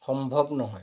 সম্ভৱ নহয়